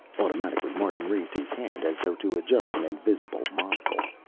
automatically martin raised his hand, as though to adjust an invisible monocle.